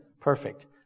perfect